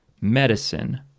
medicine